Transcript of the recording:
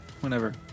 Whenever